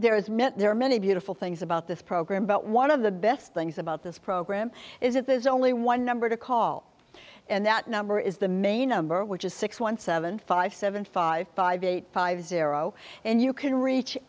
met there are many beautiful things about this program but one of the best things about this program is that there's only one number to call and that number is the main number which is six one seven five seven five five eight five zero and you can reach